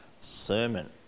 sermon